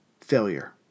failure